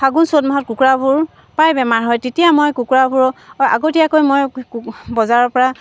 ফাগুন চ'ত মাহত কুকুৰাবোৰ প্ৰায় বেমাৰ হয় তেতিয়া মই কুকুৰাবোৰক আগতীয়াকৈ মই বজাৰৰ পৰা